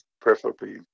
preferably